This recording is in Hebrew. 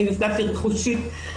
אני נפגעתי רכושית,